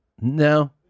No